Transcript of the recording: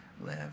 live